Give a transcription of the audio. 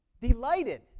delighted